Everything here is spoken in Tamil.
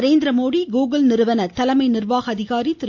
நரேந்திர மோடி கூகுள் நிறுவன தலைமை நிர்வாக அதிகாரி திரு